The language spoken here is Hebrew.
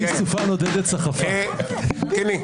אדוני היושב-ראש,